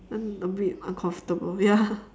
then a bit uncomfortable ya